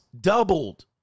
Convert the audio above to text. doubled